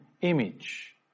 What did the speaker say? image